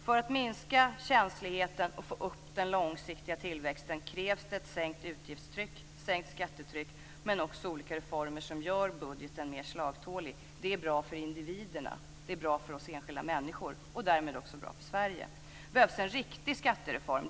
För att minska känsligheten och få upp den långsiktiga tillväxten krävs det ett sänkt utgiftstryck och sänkt skattetryck men också olika reformer som gör budgeten mer slagtålig. Det är bra för individerna. Det är bra för oss enskilda människor och därmed också bra för Sverige. Det behövs en riktigt skattereform.